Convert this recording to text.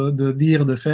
and be able to